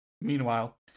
Meanwhile